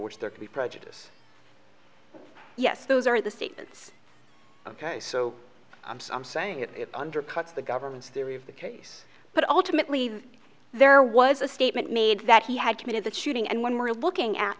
which there can be prejudice yes those are the statements ok so i'm saying it undercuts the government's theory of the case but ultimately there was a statement made that he had committed the shooting and when we're looking at